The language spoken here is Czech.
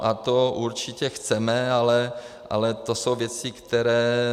A to určitě chceme, ale to jsou věci, které...